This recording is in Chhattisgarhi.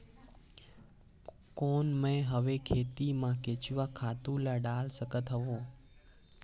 कौन मैं हवे खेती मा केचुआ खातु ला डाल सकत हवो?